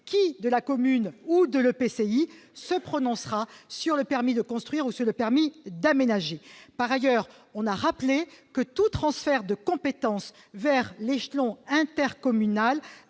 qui, de la commune ou de l'EPCI, se prononcera sur le permis de construire ou sur le permis d'aménager. Par ailleurs, tout transfert de compétence vers l'échelon intercommunal